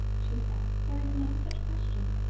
she said there is no such question.